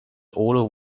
all